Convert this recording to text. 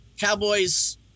Cowboys